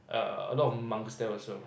a lot of monks there also